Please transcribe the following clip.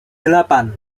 delapan